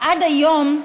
עד היום,